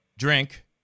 Drink